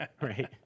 right